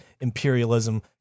imperialism